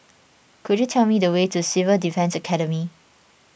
could you tell me the way to Civil Defence Academy